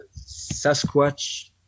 Sasquatch